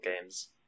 games